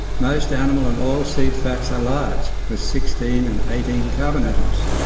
most animal and oil seed fats are large, with sixteen and eighteen carbon atoms.